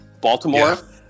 Baltimore